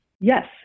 Yes